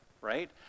right